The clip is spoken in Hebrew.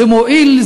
זה מועיל,